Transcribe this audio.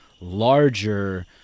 larger